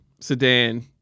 sedan